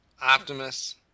Optimus